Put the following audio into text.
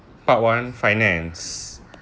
part one finance